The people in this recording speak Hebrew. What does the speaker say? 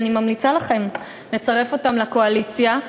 אני ממליצה לכם לצרף אותם לקואליציה.